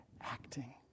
acting